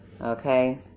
okay